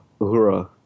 Uhura